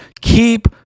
Keep